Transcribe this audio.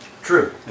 True